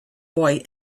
boy